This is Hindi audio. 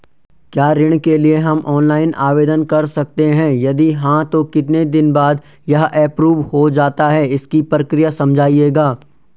क्या ऋण के लिए हम ऑनलाइन आवेदन कर सकते हैं यदि हाँ तो कितने दिन बाद यह एप्रूव हो जाता है इसकी प्रक्रिया समझाइएगा?